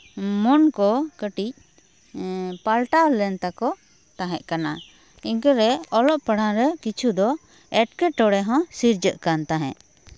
ᱢᱚᱱ ᱠᱚ ᱠᱟᱹᱴᱤᱡ ᱯᱟᱞᱴᱟᱣ ᱞᱮᱱ ᱛᱟᱠᱚ ᱛᱟᱦᱮᱸᱫ ᱠᱟᱱᱟ ᱤᱱᱠᱟᱹᱨᱮ ᱚᱞᱚᱜ ᱯᱟᱲᱦᱟᱣ ᱨᱮ ᱠᱤᱪᱷᱩ ᱫᱚ ᱮᱸᱴᱠᱮᱴᱚᱲᱮ ᱦᱚᱸ ᱥᱤᱨᱡᱟᱹᱜ ᱠᱟᱱ ᱛᱟᱦᱮᱸᱫ